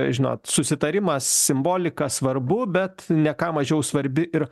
žinot susitarimas simbolika svarbu bet ne ką mažiau svarbi ir